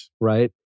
right